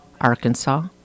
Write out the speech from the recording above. Arkansas